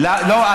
לא,